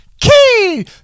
Key